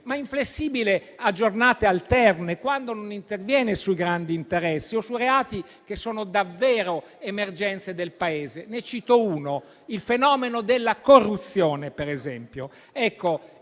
ma inflessibile a giornate alterne, quando non interviene sui grandi interessi o su reati che sono davvero emergenze del Paese. Ne cito uno: il fenomeno della corruzione.